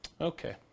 Okay